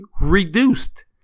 reduced